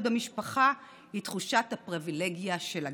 במשפחה הוא תחושת הפריבילגיה של הגבר.